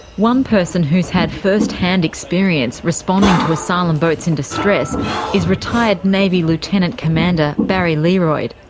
one person who's had first-hand experience responding to asylum boats in distress is retired navy lieutenant commander barry learoyd.